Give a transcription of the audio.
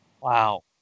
wow